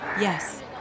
Yes